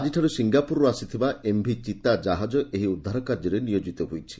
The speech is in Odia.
ଆଜିଠାରୁ ସିଙ୍ଙାପୁରରୁ ଆସିଥିବା ଏମ୍ଭି ଚିତା ଜାହାଜ ଏହି ଉଦ୍ଧାର କାର୍ଯ୍ୟରେ ନିୟୋଜିତ ହୋଇଛି